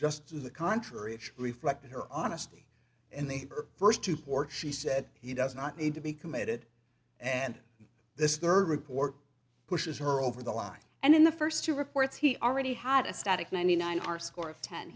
just to the contrary it reflected her honesty and the first to pour she said he does not need to be committed and this girl report pushes her over the line and in the first two reports he already had a static ninety nine are score of ten